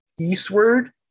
eastward